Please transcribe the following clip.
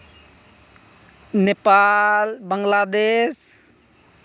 Nepal Bangladesh